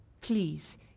Please